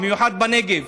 במיוחד בנגב,